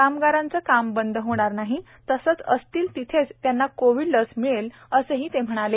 कामगारांचं काम बंद होणार नाही तसंच ते असतील तिथेच त्यांना कोविड लस मिळेल असंही ते म्हणाले